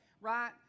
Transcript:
Right